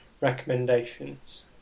recommendations